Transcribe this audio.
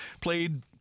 played